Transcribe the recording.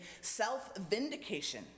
self-vindication